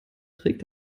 trägt